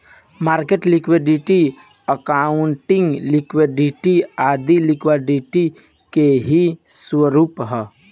market liquidity, accounting liquidity आदी liquidity के ही स्वरूप है